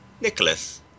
Nicholas